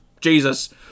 jesus